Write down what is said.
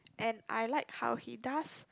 and I like how he does